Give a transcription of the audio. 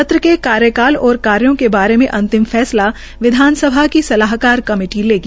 सत्र के कार्यकाल और कार्यो के बारे में अंतिम फैसला विधानसभा की सलाहकार कमेटी लेगी